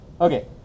Okay